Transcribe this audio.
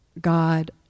God